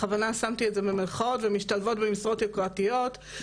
בכוונה שמתי את זה במירכאות ומשתלבות במשרות יוקרתיות,